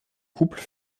couple